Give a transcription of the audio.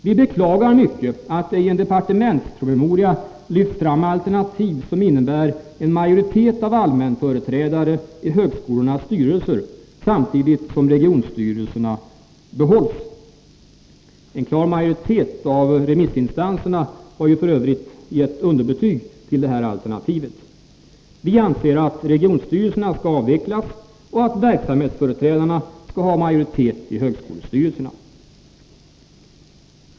Vi beklagar djupt att det i en departementspromemoria lyfts fram alternativ som innebär en majoritet av allmänföreträdare i högskolornas styrelser samtidigt som regionstyrelserna behålls. En klar majoritet av remissinstanserna har f. ö. gett underbetyg till detta förslag. Vi anser att regionstyrelserna skall avvecklas och att verksamhetsföreträdarna skall ha majoritet i högskolestyrelserna.